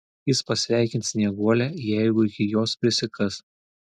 jis pasveikins snieguolę jeigu iki jos prisikas